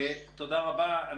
תודה רבה.